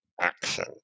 action